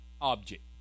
object